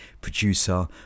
producer